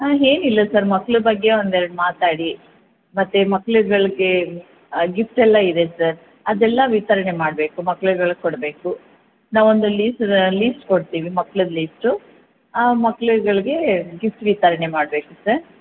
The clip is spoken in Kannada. ಹಾಂ ಏನಿಲ್ಲ ಸರ್ ಮಕ್ಳ ಬಗ್ಗೆ ಒಂದೆರಡು ಮಾತಾಡಿ ಮತ್ತು ಮಕ್ಳುಗಳ್ಗೆ ಗಿಫ್ಟ್ ಎಲ್ಲ ಇದೆ ಸರ್ ಅದೆಲ್ಲ ವಿತರಣೆ ಮಾಡಬೇಕು ಮಕ್ಳ್ಗಳಗೆ ಕೊಡಬೇಕು ನಾವು ಒಂದು ಲೀಸ್ ಲೀಸ್ಟ್ ಕೊಡ್ತೀವಿ ಮಕ್ಳದ್ದು ಲೀಸ್ಟು ಆ ಮಕ್ಳುಗಳಿಗೆ ಗಿಫ್ಟ್ ವಿತರಣೆ ಮಾಡಬೇಕು ಸರ್